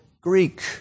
Greek